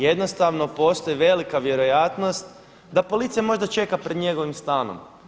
Jednostavno postoji velika vjerojatno da policija možda čeka pred njegovim stanom.